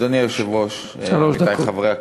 שלוש דקות.